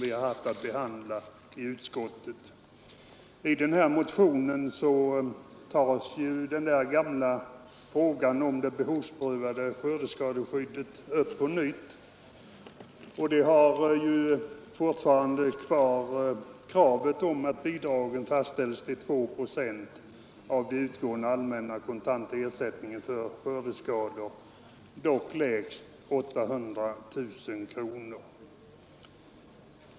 I denna motion tas det gamla kravet om höjning av bidragsprocenten för det behovsprövade skördeskadeskyddet upp på nytt. Motionärerna önskar fortfarande att bidragsandelen höjs till 2 procent av den utgående allmänna kontanta ersättningen för skördeskador, dock lägst 800 000 kronor.